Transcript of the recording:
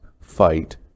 fight